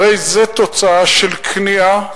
הרי זו תוצאה של כניעה,